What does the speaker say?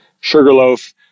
Sugarloaf